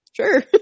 Sure